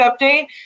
update